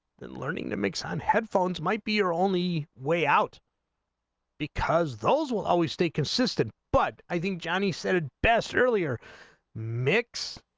and learning the mix on headphones might be your only way out because those will always stay consistent but i think johnny said ah passed earlier mix